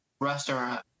restaurant